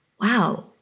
wow